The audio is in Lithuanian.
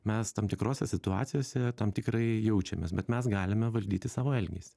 mes tam tikrose situacijose tam tikrai jaučiamės bet mes galime valdyti savo elgesį